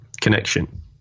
connection